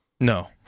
No